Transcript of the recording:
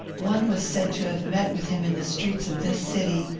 one was said to have met with him in the streets of this city,